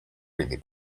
really